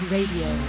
Radio